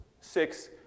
Six